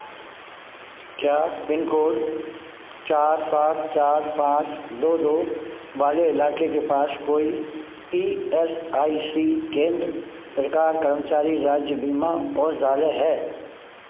क्या pin code चार सात चार पाँच दो दो वाले इलाके के पास कोई ई एस आई सी केंद्र प्रकार कर्मचारी राज्य बीमा औषधालय है